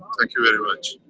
thank you very much.